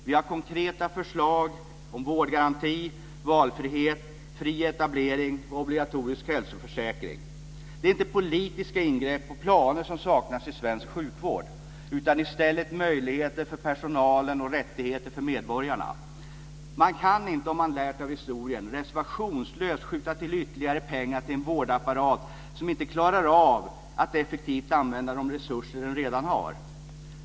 Vi har konkreta förslag om vårdgaranti, valfrihet, fri etablering och en obligatorisk hälsoförsäkring. Det är inte politiska ingrepp och planer som saknas i svensk sjukvård, utan i stället möjligheter för personalen och rättigheter för medborgarna. Man kan inte, om man lärt av historien, reservationslöst skjuta till ytterligare pengar till en vårdapparat som inte klarar av att effektivt använda de resurser den redan har.